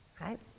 Right